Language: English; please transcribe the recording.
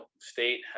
state